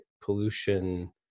pollution